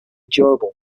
durable